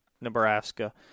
nebraska